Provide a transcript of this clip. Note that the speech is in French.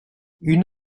une